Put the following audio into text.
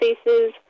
spaces